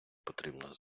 потрібно